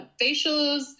facials